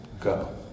go